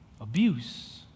abuse